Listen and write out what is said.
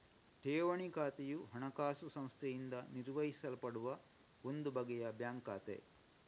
ಠೇವಣಿ ಖಾತೆಯು ಹಣಕಾಸು ಸಂಸ್ಥೆಯಿಂದ ನಿರ್ವಹಿಸಲ್ಪಡುವ ಒಂದು ಬಗೆಯ ಬ್ಯಾಂಕ್ ಖಾತೆ